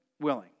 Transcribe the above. willing